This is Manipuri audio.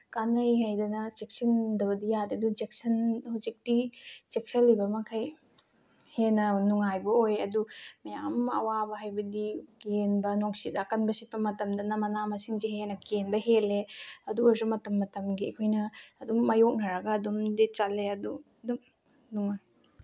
ꯀꯥꯅꯩ ꯍꯥꯏꯗꯅ ꯆꯦꯛꯁꯤꯟꯗꯕꯗꯤ ꯌꯥꯗꯦ ꯑꯗꯨꯅ ꯍꯧꯖꯤꯛꯇꯤ ꯆꯦꯛꯁꯤꯜꯂꯤꯕ ꯃꯈꯩ ꯍꯦꯟꯅ ꯅꯨꯡꯉꯥꯏꯕ ꯑꯣꯏ ꯑꯗꯨ ꯃꯌꯥꯝ ꯑꯃ ꯑꯋꯥꯕ ꯍꯥꯏꯕꯗꯤ ꯀꯦꯟꯕ ꯅꯨꯡꯁꯤꯠ ꯑꯀꯟꯕ ꯁꯤꯠꯄ ꯃꯇꯝꯗꯅ ꯃꯁꯥ ꯃꯁꯤꯡꯁꯦ ꯍꯦꯟꯅ ꯀꯦꯟꯕ ꯍꯦꯜꯂꯦ ꯑꯗꯨ ꯑꯣꯏꯔꯁꯨ ꯃꯇꯝ ꯃꯇꯝꯒꯤ ꯑꯩꯈꯣꯏꯅ ꯑꯗꯨꯝ ꯃꯥꯏꯌꯣꯛꯅꯔꯒ ꯑꯗꯨꯝꯗꯤ ꯆꯠꯂꯦ ꯑꯗꯨ ꯑꯗꯨꯝ